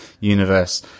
universe